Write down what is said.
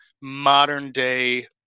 modern-day